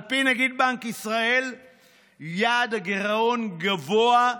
על פי נגיד בנק ישראל יעד הגירעון גבוה,